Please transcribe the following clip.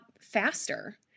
faster